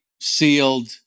sealed